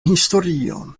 historion